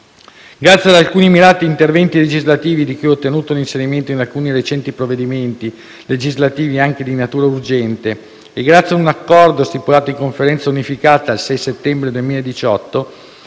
Grazie ad alcuni mirati interventi legislativi di cui ho ottenuto l'inserimento in alcuni recenti provvedimenti legislativi anche di natura urgente, e grazie ad un accordo stipulato in Conferenza unificata il 6 settembre 2018